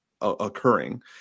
occurring